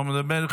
לא מדבר,